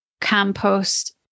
compost